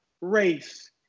race